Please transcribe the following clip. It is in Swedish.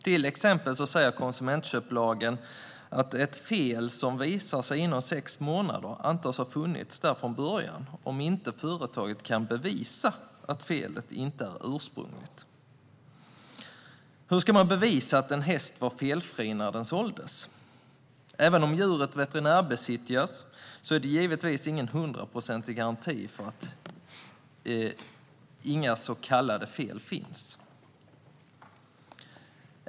Konsumentköplagen säger till exempel att ett fel som visar sig inom sex månader antas ha funnits där från början om inte företaget kan bevisa att felet inte är ursprungligt. Hur ska man bevisa att en häst var felfri när den såldes? Även om djuret veterinärbesiktigas är det givetvis ingen hundraprocentig garanti för att inga så kallade fel finns.